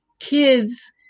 kids